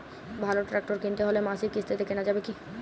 ভালো ট্রাক্টর কিনতে হলে মাসিক কিস্তিতে কেনা যাবে কি?